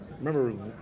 remember